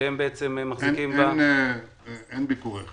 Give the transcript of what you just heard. שהם בעצם --- אין ביקורים חינם.